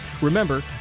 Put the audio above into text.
remember